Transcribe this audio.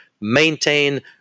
maintain